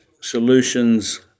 solutions